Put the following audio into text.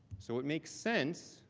so it makes sense,